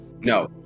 No